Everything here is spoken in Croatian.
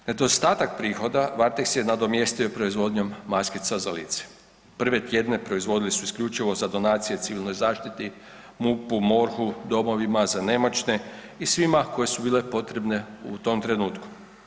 Nedostatak prihoda „Varteks“ je nadomjestio proizvodnjom maskica za lice, prve tjedne proizvodili su isključivo za donacije Civilnoj zaštiti, MUP-u, MORH-u, domovima za nemoćne i svima kome su bile potrebne u tom trenutku.